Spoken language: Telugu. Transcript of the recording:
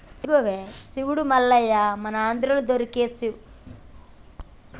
శివుడు మల్లయ్య మన ఆంధ్రాలో దొరికే పశువుల జాతుల గురించి తెలుసుకొని మంచివి ఉంటే కొందాం